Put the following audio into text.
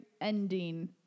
ending